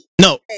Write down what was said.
No